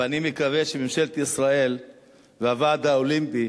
ואני מקווה שממשלת ישראל והוועד האולימפי